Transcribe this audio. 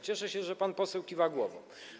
Cieszę się, że pan poseł kiwa głową.